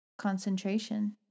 concentration